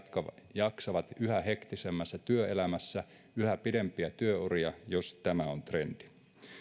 jaksavat yhä hektisemmässä työelämässä yhä pidempiä työuria jos tämä on trendi